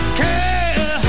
care